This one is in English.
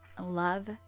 love